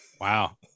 Wow